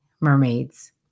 mermaids